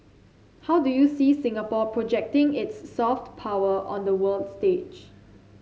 how do you see Singapore projecting its soft power on the world stage